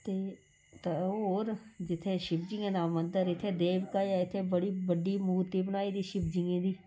ते होर जित्थै शिवजियें दा मंदर इत्थैं देवका ऐ इत्थें बड़ी बड्डी मूर्ती बनाई दी शिवजियें दी